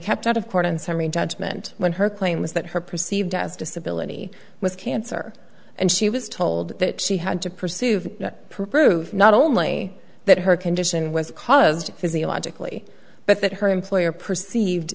kept out of court on summary judgment when her claim was that her perceived as a disability with cancer and she was told that she had to pursue prove not only that her condition was caused physiologically but that her employer perceived